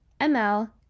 ML